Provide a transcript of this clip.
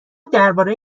درباره